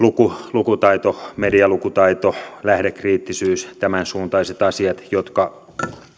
lukutaito medialukutaito lähdekriittisyys tämänsuuntaiset asiat jotka